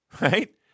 right